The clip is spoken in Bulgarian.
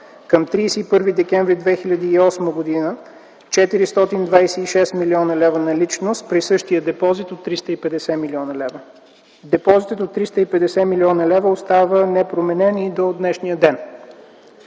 Към 31 декември 2008 г. – 426 млн. лв. наличност при същия депозит от 350 млн. лв. Депозитът от 350 млн. лв. остава непроменен и до днешния ден.